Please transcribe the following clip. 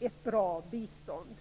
ett bra bistånd.